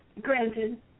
granted